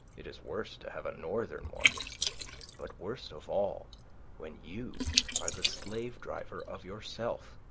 it is worse to have a northern one but worst of all when you are the slave-driver of yourself.